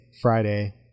friday